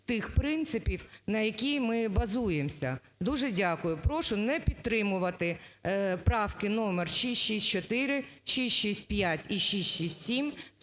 тих принципів, на яких ми базуємося. Дуже дякую. Прошу не підтримувати правки номер 664, 665 і 667